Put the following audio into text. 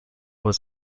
was